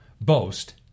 boast